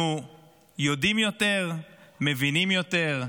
אנחנו יודעים יותר, מבינים יותר,